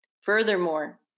Furthermore